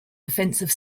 defensive